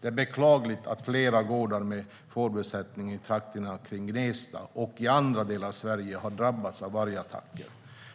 Det är beklagligt att flera gårdar med fårbesättningar i trakterna kring Gnesta och i andra delar av Sverige har drabbats av vargattacker.